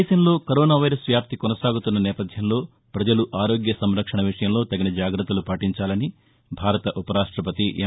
దేశంలో corona virus వ్యాప్తి కొనసాగుతున్న నేపధ్యంలో పజలు ఆరోగ్య సంరక్షణ విషయంలో తగిన జాగత్తలు పాటించాలని భారత ఉపరాష్టపతి ఎం